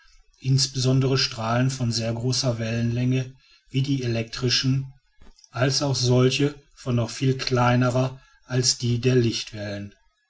insbesondere strahlen von sehr großer wellenlänge wie die elektrischen als auch solche von noch viel kleinerer als die der